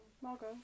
Margot